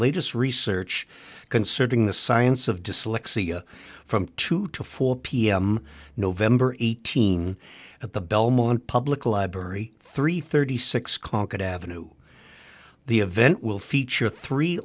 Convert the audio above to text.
latest research considering the science of dyslexia from two to four pm november eighteenth at the belmont public library three thirty six clock at ave the event will feature three